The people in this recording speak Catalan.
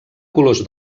colors